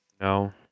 no